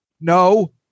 No